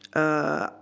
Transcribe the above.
ah,